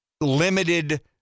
limited